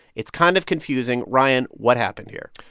it's kind of confusing. ryan, what happened here?